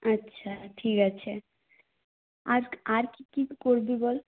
আচ্ছা ঠিক আছে আর আর কি কি করবি বল